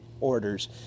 orders